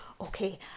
Okay